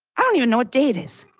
i don't even know what day it is.